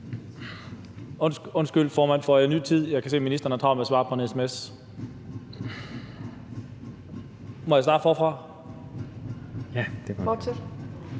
Undskyld, formand, får jeg en ny tid? Jeg kan se, at ministeren har travlt med at svare på en sms. Må jeg starte forfra? (Fjerde næstformand